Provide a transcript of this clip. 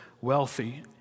wealthy